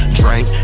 drink